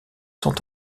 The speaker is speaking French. sont